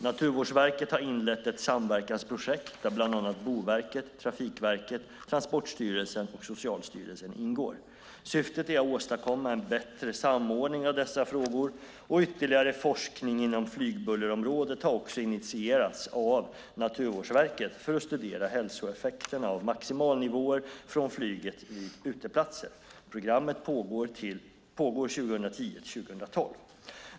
Naturvårdsverket har inlett ett samverkansprojekt, där bland annat Boverket, Trafikverket, Transportstyrelsen och Socialstyrelsen ingår. Syftet är att åstadkomma en bättre samordning av dessa frågor. Ytterligare forskning inom flygbullerområdet har också initierats av Naturvårdsverket för att studera hälsoeffekterna av maximalnivåer från flyget vid uteplatser. Programmet pågår 2010-2012.